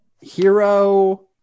Hero